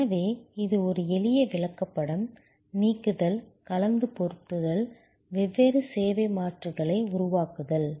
எனவே இது ஒரு எளிய விளக்கப்படம் நீக்குதல் கலந்து பொருத்துதல் வெவ்வேறு சேவை மாற்றுகளை உருவாக்குதல்